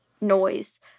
noise